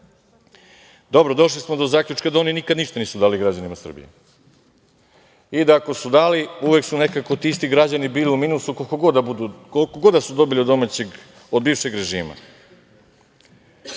Dobro, došli smo do zaključka da oni nikada ništa nisu davali građanima Srbije i da ako su dali uvek su nekako ti isti građani bili u minusu koliko god da su dobili od bivšeg režima. Nego,